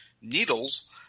needles